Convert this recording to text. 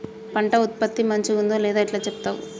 పంట ఉత్పత్తి మంచిగుందో లేదో ఎట్లా చెప్తవ్?